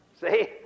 See